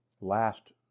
last